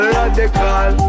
radical